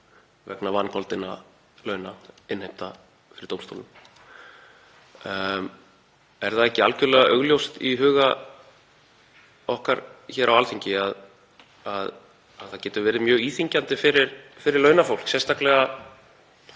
vegna vangoldinna launa innheimta fyrir dómstólum. Er það ekki algjörlega augljóst í huga okkar hér á Alþingi að það geti verið mjög íþyngjandi fyrir launafólk, segjum sérstaklega